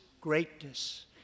greatness